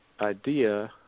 idea